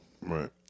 Right